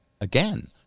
again